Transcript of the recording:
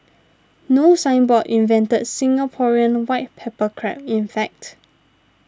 No Signboard invented Singaporean white pepper crab in fact